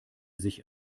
sich